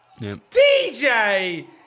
DJ